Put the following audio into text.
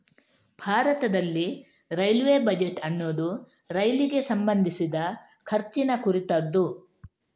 ಭಾರತದಲ್ಲಿ railway budget ಅನ್ನುದು ರೈಲಿಗೆ ಸಂಬಂಧಿಸಿದ ಖರ್ಚಿನ ಕುರಿತದ್ದು